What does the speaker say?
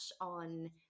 on